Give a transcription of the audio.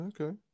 okay